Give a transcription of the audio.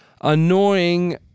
annoying